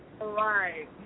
Right